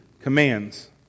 commands